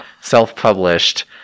self-published